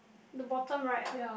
the bottom right ah